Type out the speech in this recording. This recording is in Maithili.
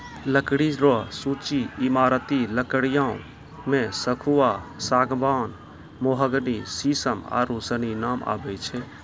लकड़ी रो सूची ईमारती लकड़ियो मे सखूआ, सागमान, मोहगनी, सिसम आरू सनी नाम आबै छै